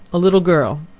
a little girl,